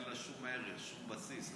אין לה שום ערך, שום בסיס.